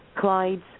Clyde's